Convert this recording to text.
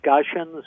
discussions